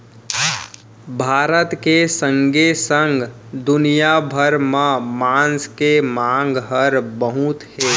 भारत के संगे संग दुनिया भर म मांस के मांग हर बहुत हे